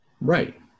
Right